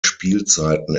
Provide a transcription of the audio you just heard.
spielzeiten